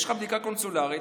יש לך בדיקה קונסולרית.